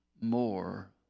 more